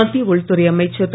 மத்திய உள்துறை அமைச்சர் இரு